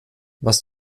was